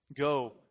go